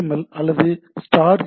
L அல்லது star H